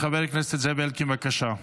חבר הכנסת זאב אלקין, בבקשה.